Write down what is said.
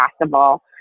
possible